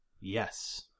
Yes